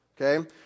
Okay